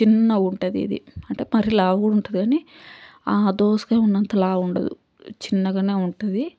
చిన్నగా ఉంటుంది ఇది అంటే మరీ లావుగా ఉంటుంది కాని ఆ దోసకాయ ఉన్నంత లావు ఉండదు చిన్నగానే ఉంటుంది